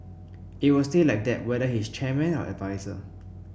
it will stay like that whether he is chairman or adviser